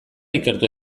ikertu